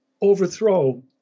overthrow